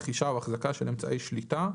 רכישה או החזקה של אמצעי שליטה,